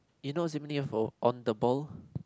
you know of all on the ball